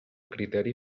criteri